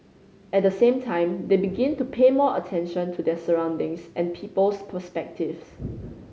at the same time they begin to pay more attention to their surroundings and people's perspectives